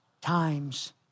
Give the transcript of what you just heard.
times